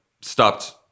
stopped